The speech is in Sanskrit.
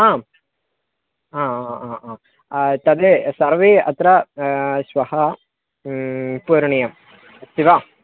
आम् आ आ अ तद् सर्वे अत्र श्वः पूरणीयम् अस्ति वा